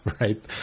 Right